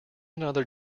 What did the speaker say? another